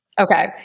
Okay